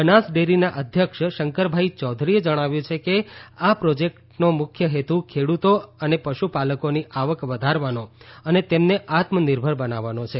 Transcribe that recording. બનાસડેરીના અધ્યક્ષ શંકરભાઈ ચૌધરીએ જણાવ્યું છે કે આ પ્રોજેક્ટનો મુખ્ય હેતુ ખેડૂતો અને પશુપાલકોની આવક વધારવાનો અને તેમને આત્મ નિર્ભર બનાવવાનો છે